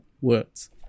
words